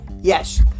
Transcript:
Yes